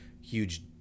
huge